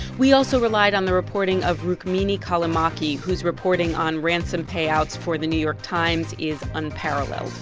we also relied on the reporting of rukmini callimachi, whose reporting on ransom payouts for the new york times is unparalleled.